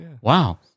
wow